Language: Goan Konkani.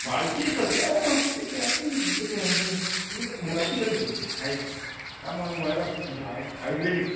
भाजी सद्या ही कर मुळ्याची कर सद्द्या आयज त्या मुळे मुळ्या हय आयुर्वेदीक